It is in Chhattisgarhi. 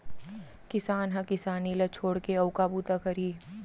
किसान ह किसानी ल छोड़ के अउ का बूता करही